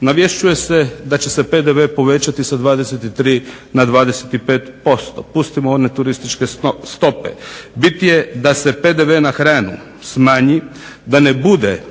Navješćuje se da će se PDV povećati sa 23 na 25%. Pustimo one turističke stope, bitnije je da se PDV na hranu smanji, da ne bude